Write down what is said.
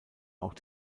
auch